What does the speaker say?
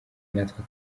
natwe